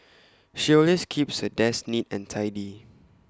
she always keeps her desk neat and tidy